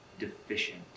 deficient